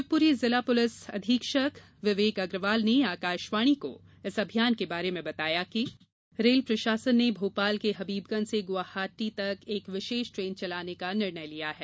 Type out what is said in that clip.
शिवपुरी जिला पुलिस अधीक्षक विवेक अग्रवाल ने आकाशवाणी को बताया कि विशेष रेल रेल प्रशासन ने भोपाल के हबीबगंज से गुवाहाटी तक एक विशेष ट्रेन चलाने का निर्णय लिया है